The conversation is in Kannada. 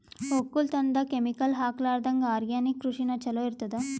ಒಕ್ಕಲತನದಾಗ ಕೆಮಿಕಲ್ ಹಾಕಲಾರದಂಗ ಆರ್ಗ್ಯಾನಿಕ್ ಕೃಷಿನ ಚಲೋ ಇರತದ